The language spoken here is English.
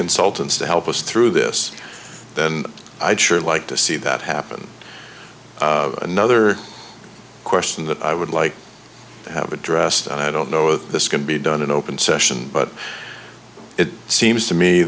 consultants to help us through this then i'd sure like to see that happen another question that i would like to have addressed and i don't know this can be done in open session but it seems to me